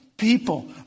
People